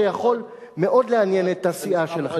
זה יכול מאוד לעניין את הסיעה שלך,